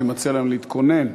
אני מציע להם להתכונן.